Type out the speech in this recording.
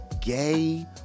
gay